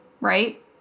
right